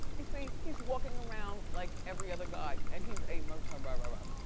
you see, he's walking around like every other guy and he's a murderer. but